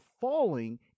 falling